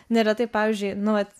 neretai pavyzdžiui nu vat